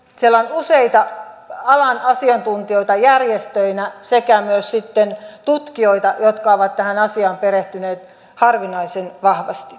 siellä on useita alan asiantuntijoita järjestöinä sekä myös sitten tutkijoita jotka ovat tähän asiaan perehtyneet harvinaisen vahvasti